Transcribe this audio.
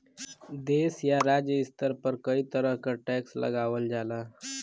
देश या राज्य स्तर पर कई तरह क टैक्स लगावल जाला